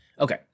Okay